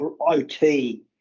OT